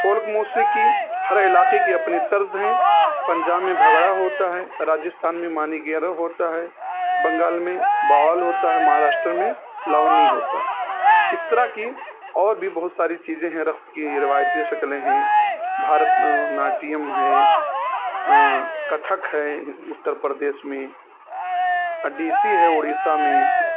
folk موسیقی ہر علاقے کی اپنے طرز ہیں پنجاب میں بھنگڑا ہوتا ہے راجستھان میں مانگیرا ہوتا ہے بنگال میں باؤل ہوتا ہے مہاراشٹر میں لونی ہوتا ہے اس طرح کی اور بھی بہت ساری چیزیں ہیں رقص کی روایتی شکلیں ہیں بھارت نا ناٹیم ہے کتھک ہے اتر پردیش میں اڈیسی ہے اڈیشا میں